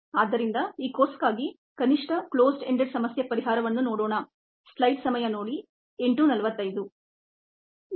ಆದ್ದರಿಂದ ಈ ಕೋರ್ಸ್ಗಾಗಿ ಕನಿಷ್ಠ ಕ್ಲೋಸ್ಡ್ ಎಂಡೆಡ್ ಸಮಸ್ಯೆಯ ಪರಿಹಾರವನ್ನು ನೋಡೋಣ